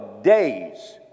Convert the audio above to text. days